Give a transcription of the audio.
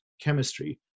chemistry